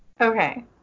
Okay